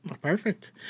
perfect